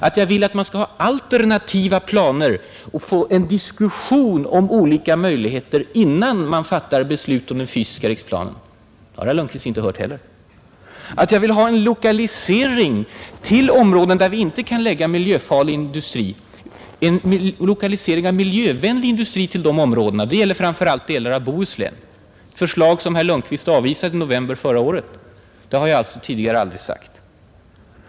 Att jag vill att man skall ha alternativa planer och få en diskussion om olika möjligheter innan man fattar beslut om den fysiska riksplanen har herr Lundkvist inte heller förstått. Att jag krävt en lokalisering av miljövänlig industri till områden, där vi inte kan lägga miljöfarlig industri — det gäller framför allt delar av Bohuslän, och det är förslag som herr Lundkvist avvisade i november förra året — har jag alltså tidigare aldrig sagt.